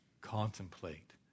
contemplate